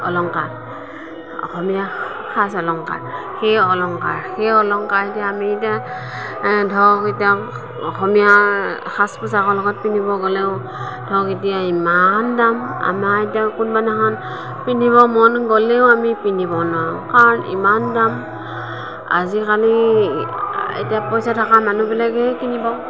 অলংকাৰ অসমীয়া সাজ অলংকাৰ সেই অলংকাৰ সেই অলংকাৰেদি আমি এতিয়া ধৰক এতিয়া অসমীয়া সাজ পোছাকৰ লগত পিন্ধিব গ'লেও ধৰক এতিয়া ইমান দাম আমাৰ এতিয়া কোনোবা দিনাখন পিন্ধিব মন গ'লেও পিন্ধিব নোৱাৰো কাৰণ ইমান দাম আজিকালি এতিয়া পইচা থকা মানুহবিলাকেহে কিনিব